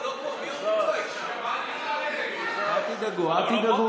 נגד אלכס